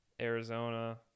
arizona